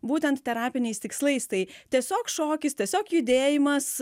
būtent terapiniais tikslais tai tiesiog šokis tiesiog judėjimas